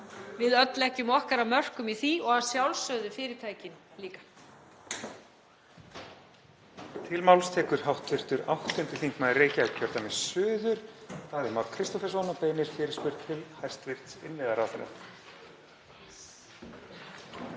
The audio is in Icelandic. að við leggjum öll okkar af mörkum í því og að sjálfsögðu fyrirtækin líka.